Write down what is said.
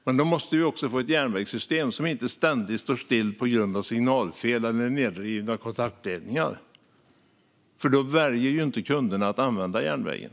Men då måste vi ha ett järnvägssystem som inte ständigt står still på grund av signalfel eller nedrivna kontaktledningar, för då väljer inte kunderna att använda järnvägen.